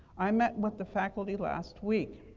i met with the faculty last week,